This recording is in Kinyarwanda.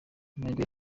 amahirwe